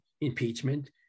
impeachment